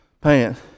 pants